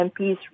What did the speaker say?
MPs